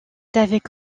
avec